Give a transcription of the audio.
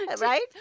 right